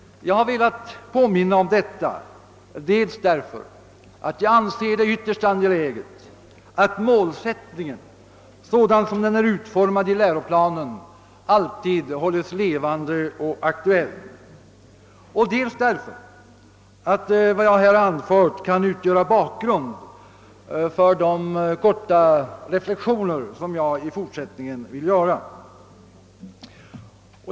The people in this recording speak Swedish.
Jag har velat påminna om detta, dels därför att jag anser det ytterst angeläget att målsättningen sådan den är utformad i läroplanen alltid hålles Ilevande och aktuell och dels därför att vad jag anfört kan bilda bakgrund för de korta reflexioner som jag i fortsättningen vill göra.